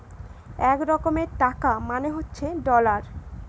এক রকমের টাকা মানে হচ্ছে ডলার